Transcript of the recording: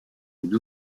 d’une